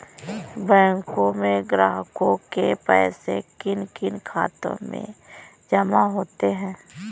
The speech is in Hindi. बैंकों में ग्राहकों के पैसे किन किन खातों में जमा होते हैं?